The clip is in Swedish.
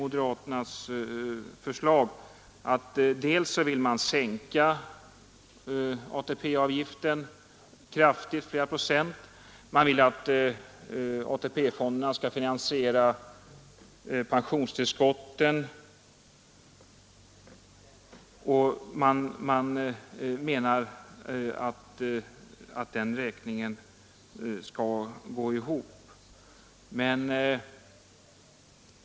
Moderaternas förslag är ganska märkligt när man dels vill sänka ATP-avgiften kraftigt, flera procent, dels vill att AP-fonderna skall finansiera pensionstillskotten och menar att den räkningen skall gå ihop.